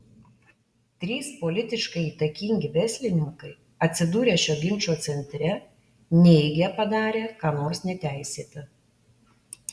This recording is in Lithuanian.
trys politiškai įtakingi verslininkai atsidūrę šio ginčo centre neigia padarę ką nors neteisėta